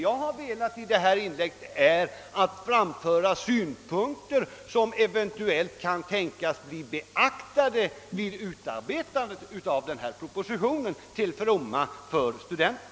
Jag har i mitt inlägg velat framföra synpunkter, som eventuellt kan tänkas bli beaktade vid utarbetandet av denna proposition till fromma för studenterna.